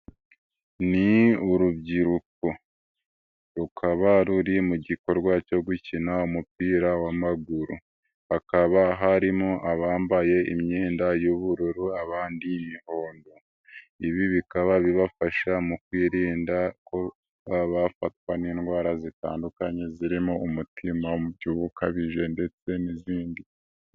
Ni urubyiruko rukaba ruri mu gikorwa cyo gukina umupira w'amaguru, hakaba harimo abambaye imyenda y'ubururu abandi imihondo, ibi bikaba bibafasha mu kwirinda kuba bafatwa n'indwara zitandukanye zirimo umutima, umubyibuho ukabije ndetse n'izindi.